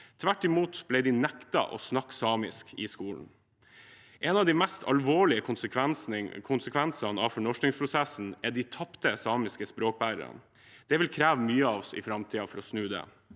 tvert imot: De ble nektet å snakke samisk i skolen. En av de mest alvorlige konsekvensene av fornorskingsprosessen er de tapte samiske språkbærerne. Det vil kreve mye av oss i framtiden for å snu det.